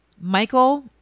Michael